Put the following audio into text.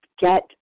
get